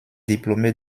diplômé